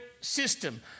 system